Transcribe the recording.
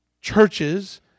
churches